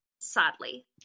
sadly